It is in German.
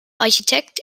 architekt